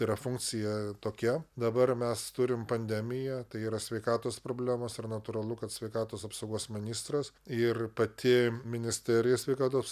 yra funkcija tokia dabar mes turim pandemiją tai yra sveikatos problemos ir natūralu kad sveikatos apsaugos ministras ir pati ministerija sveikatos